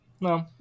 No